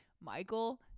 Michael